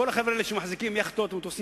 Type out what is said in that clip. כל החבר'ה האלה שמחזיקים יאכטות ומטוסים